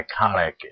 iconic